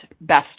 best